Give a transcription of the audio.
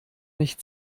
nicht